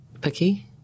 Picky